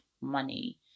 money